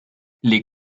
les